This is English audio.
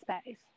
space